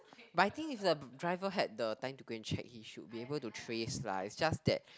but I think if the driver had the time to go and check he should be able to go and trace lah it's just that